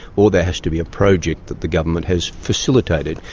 or there has to be a project that the government has facilitated.